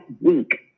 week